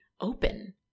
open